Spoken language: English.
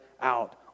out